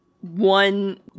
one